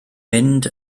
mynd